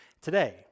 today